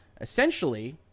essentially